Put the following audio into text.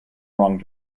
wrong